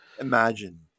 imagine